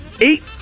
Eight